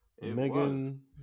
Megan